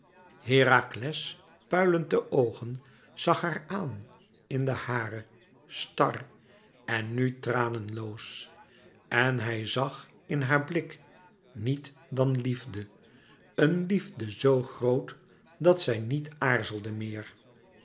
herakles puilend de oogen zag haar aan in de hare star en nu tranenloos en hij zag in haar blik niet dan liefde eene liefde zoo groot dat zij niet aarzelde meer